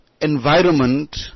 environment